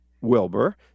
Wilbur